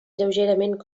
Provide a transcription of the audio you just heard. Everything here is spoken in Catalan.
lleugerament